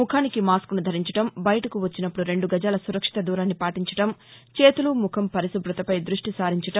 ముఖానికి మాస్కును ధరించడం బయటకు వచ్చినప్పుడు రెండు గజాల సురక్షిత దూరాన్ని పాటించడం చేతులు ముఖం పరిశుభ్రతపై దృష్టి సారించడం